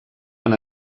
han